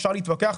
אפשר להתווכח.